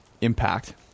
impact